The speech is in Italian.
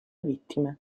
vittime